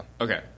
Okay